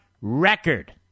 record